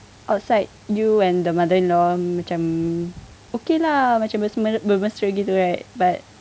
outside you and the mother-in-law macam okay lah bermesra gitu but